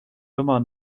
immer